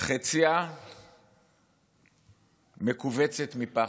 חציה מכווצת מפחד,